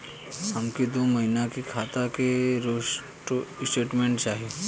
हमके दो महीना के खाता के स्टेटमेंट चाही?